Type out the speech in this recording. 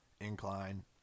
incline